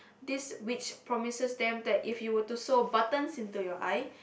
this witch promises them that if you were to sew a button into your eye